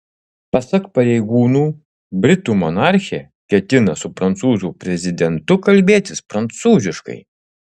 pasak pareigūnų britų monarchė ketina su prancūzų prezidentu kalbėtis prancūziškai